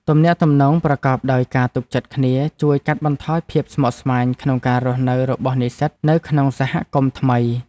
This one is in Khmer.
ទំនាក់ទំនងប្រកបដោយការទុកចិត្តគ្នាជួយកាត់បន្ថយភាពស្មុគស្មាញក្នុងការរស់នៅរបស់និស្សិតនៅក្នុងសហគមន៍ថ្មី។